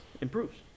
improves